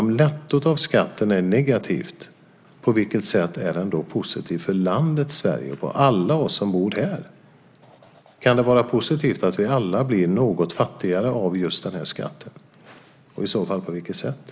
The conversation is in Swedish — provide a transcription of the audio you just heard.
Om nettot av skatten är negativt, på vilket sätt är den då positiv för landet Sverige, för alla oss som bor här? Kan det vara positivt att vi alla blir något fattigare av just den skatten, och på vilket sätt i så fall?